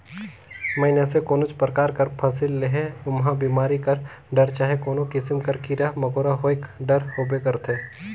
मइनसे कोनोच परकार कर फसिल लेहे ओम्हां बेमारी कर डर चहे कोनो किसिम कर कीरा मकोरा होएक डर होबे करथे